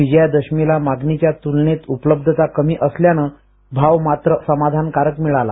विजया दशमीला मागणीच्या तूलनेत उपलब्धता कमी असल्यानं भाव मात्र समाधानकारक मिळाला